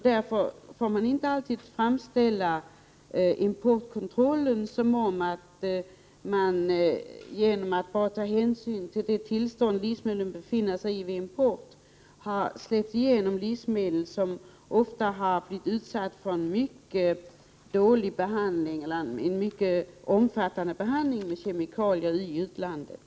Därför skall man inte alltid framställa importkontrollen så som att den innebär att man bara tar hänsyn till livsmedlens tillstånd vid importtillfället och således släpper igenom livsmedel som ofta har blivit utsatta för en mycket omfattande behandling med kemikalier i utlandet.